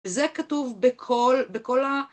זה כתוב בכל, בכל ה...